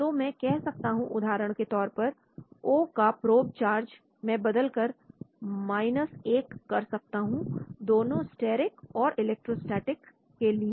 तो मैं कह सकता हूं उदाहरण के तौर पर O का प्रोब चार्ज मैं बदल कर 1 कर सकता हूं दोनों स्टेरिक और इलेक्ट्रोस्टेटिक के लिए